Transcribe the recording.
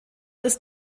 ist